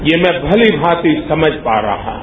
यह मैं भली भाति समझ पा रहा हूं